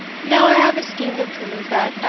now i have a scheme to prove, that,